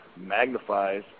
magnifies